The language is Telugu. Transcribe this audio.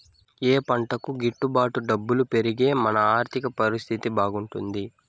ఏ పంటకు గిట్టు బాటు డబ్బులు పెరిగి మన ఆర్థిక పరిస్థితి బాగుపడుతుంది?